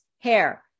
hair